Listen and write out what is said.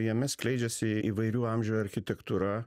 jame skleidžiasi įvairių amžių architektūra